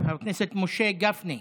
חבר הכנסת משה גפני,